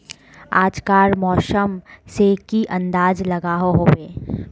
आज कार मौसम से की अंदाज लागोहो होबे?